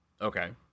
okay